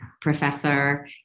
professor